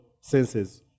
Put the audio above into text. senses